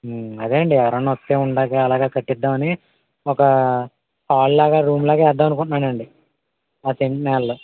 అదే అండి ఎవరైనా వస్తే ఉండడాకి అలాగ కట్టిద్దాం అని ఒక హాల్లాగా రూమ్లాగా వేద్దాం అనుకుంటున్నానండి ఆ సెంట్ నేలలో